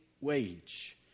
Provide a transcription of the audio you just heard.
wage